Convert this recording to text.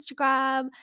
instagram